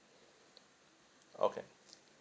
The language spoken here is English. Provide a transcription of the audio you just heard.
okay